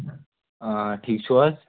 آ ٹھیٖک چھِو حظ